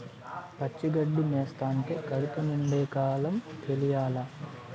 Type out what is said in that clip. పచ్చి గడ్డి మేస్తంటే కడుపు నిండే కాలం తెలియలా